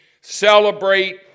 celebrate